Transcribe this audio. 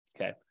Okay